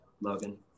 Logan